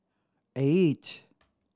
eight